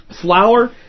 Flour